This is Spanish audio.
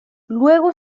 luego